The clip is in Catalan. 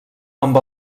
amb